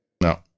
No